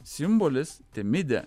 simbolis temidė